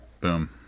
Boom